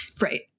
Right